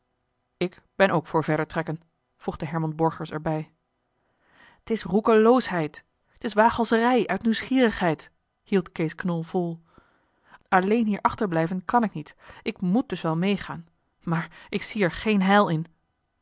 ik ben ook voor verder trekken voegde herman borgers er bij t is roekeloosheid t is waaghalzerij uit nieuwsgierigheid hield kees knol vol alleen hier achterblijven kan ik niet ik moet dus wel meegaan maar ik zie er geen heil in